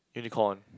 unicorn